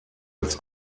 als